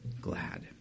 glad